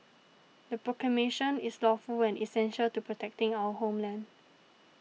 the proclamation is lawful and essential to protecting our homeland